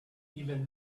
even